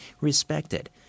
respected